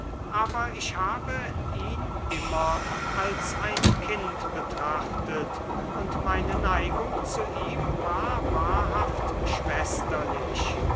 aber ich habe ihn immer als ein kind betrachtet und meine neigung zu ihm war wahrhaft schwesterlich